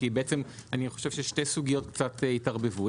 כי אני חושב ששתי סוגיות קצת התערבבו.